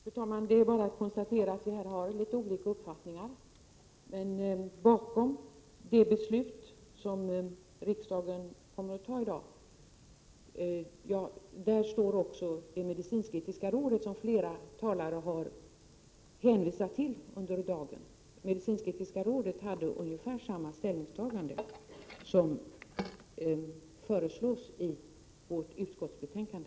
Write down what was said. Fru talman! Det är bara att konstatera att vi här har litet olika uppfattningar. Bakom det beslut som riksdagen kommer att fatta i dag står också det medicinsk-etiska rådet, som flera talare har hänvisat till i dag. Det medicinsk-etiska rådet gjorde ungefär samma ställningstagande som det som föreslås i vårt utskottsbetänkande.